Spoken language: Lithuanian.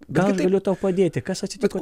gal galiu tau padėti kas atsitiko